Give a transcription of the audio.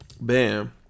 bam